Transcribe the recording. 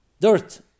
dirt